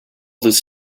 this